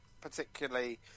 particularly